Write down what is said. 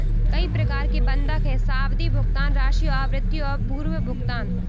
कई प्रकार के बंधक हैं, सावधि, भुगतान राशि और आवृत्ति और पूर्व भुगतान